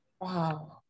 Wow